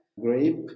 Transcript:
grape